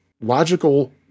logical